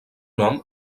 nom